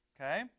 Okay